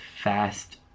fast